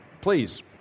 Please